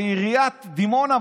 לעיריית דימונה,